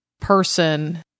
person